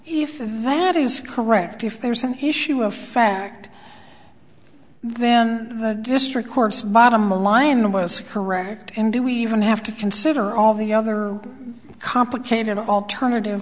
if that is correct if there is an issue of fact then the district courts bottom a lion was correct and do we even have to consider all the other complicated alternative